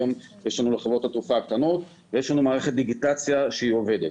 היום יש לנו לחברות התעופה הקטנות ויש לנו מערכת דיגיטציה שהיא עובדת.